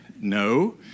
No